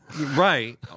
right